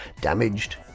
damaged